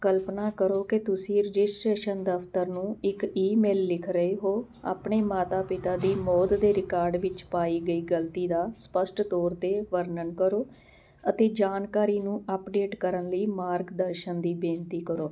ਕਲਪਨਾ ਕਰੋ ਕਿ ਤੁਸੀਂ ਰਜਿਸਟਰੇਸ਼ਨ ਦਫਤਰ ਨੂੰ ਇੱਕ ਈਮੇਲ ਲਿਖ ਰਹੇ ਹੋ ਆਪਣੇ ਮਾਤਾ ਪਿਤਾ ਦੀ ਮੌਤ ਦੇ ਰਿਕਾਰਡ ਵਿੱਚ ਪਾਈ ਗਈ ਗਲਤੀ ਦਾ ਸਪੱਸ਼ਟ ਤੌਰ 'ਤੇ ਵਰਨਣ ਕਰੋ ਅਤੇ ਜਾਣਕਾਰੀ ਨੂੰ ਅਪਡੇਟ ਕਰਨ ਲਈ ਮਾਰਗਦਰਸ਼ਨ ਦੀ ਬੇਨਤੀ ਕਰੋ